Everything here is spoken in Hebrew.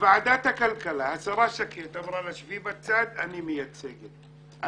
השרה שקד אמרה לה בוועדת הכלכלה: